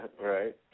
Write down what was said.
Right